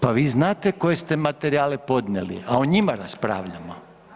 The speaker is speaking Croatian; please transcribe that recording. Pa vi znate koje ste materijale podnijeli, a o njima raspravljamo.